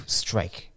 strike